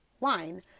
line